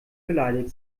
beleidigt